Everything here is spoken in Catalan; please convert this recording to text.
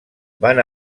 van